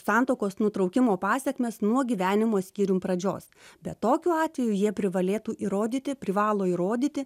santuokos nutraukimo pasekmes nuo gyvenimo skyrium pradžios bet tokiu atveju jie privalėtų įrodyti privalo įrodyti